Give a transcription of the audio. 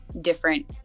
different